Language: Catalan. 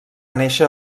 néixer